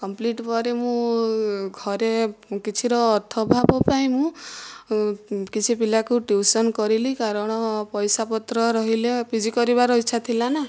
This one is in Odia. କମ୍ପ୍ଲିଟ୍ ପରେ ମୁଁ ଘରେ କିଛିର ଅର୍ଥଭାବ ପାଇଁ ମୁଁ କିଛି ପିଲାକୁ ଟ୍ୟୁସନ୍ କରିଲି କାରଣ ପଇସା ପତ୍ର ରହିଲେ ପିଜି କରିବାର ଇଚ୍ଛା ଥିଲା ନା